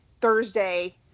Thursday